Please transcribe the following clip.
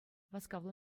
васкавлӑ